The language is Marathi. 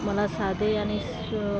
मला साधे आणि स